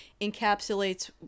encapsulates